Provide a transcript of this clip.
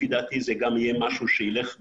לפי דעתי זה גם יהיה משהו שילך.